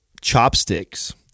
chopsticks-